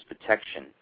protection